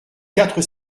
quatre